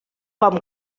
com